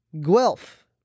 guelph